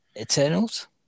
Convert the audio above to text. Eternals